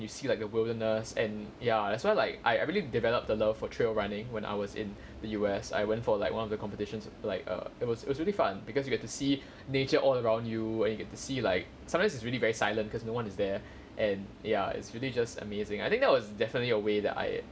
you see like the wilderness and ya that's why like I I really develop the love for trail running when I was in the U_S I went for like one of the competitions like err it was it was really fun because you get to see nature all around you and you get to see like sometimes it's really very silent cause no one is there and ya it's really just amazing I think that was definitely a way that I